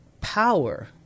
power